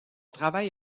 travail